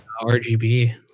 RGB